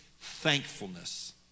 thankfulness